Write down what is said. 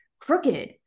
crooked